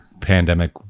pandemic